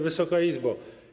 Wysoka Izbo!